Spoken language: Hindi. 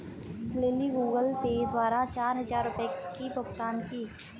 लिली गूगल पे द्वारा चार हजार रुपए की भुगतान की